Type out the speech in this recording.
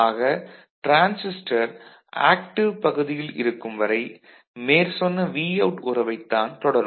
ஆக transistor active பகுதியில் இருக்கும் வரை மேற்சொன்ன Vout உறவைத் தான் தொடரும்